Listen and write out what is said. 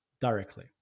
directly